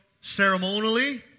ceremonially